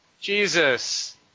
Jesus